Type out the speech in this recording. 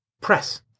Press